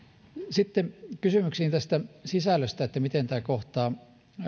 sitten kysymyksiin sisällöstä miten se kohtaa